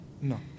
No